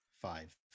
five